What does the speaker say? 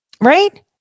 Right